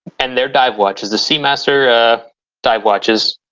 and their dive watches, the seamaster dive watches.